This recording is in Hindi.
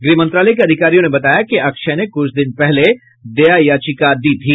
गृह मंत्रालय के अधिकारियों ने बताया कि अक्षय ने कुछ दिन पहले दया याचिका दी थी